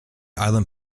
island